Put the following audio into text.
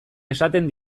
esaten